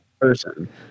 person